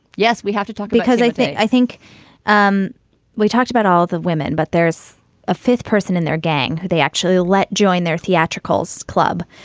yes, we have to talk because i think i think um we talked about all the women, but there's a fifth person in their gang who they actually let join their theatricals club.